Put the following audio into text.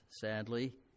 sadly